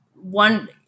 One